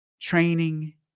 training